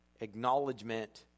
acknowledgement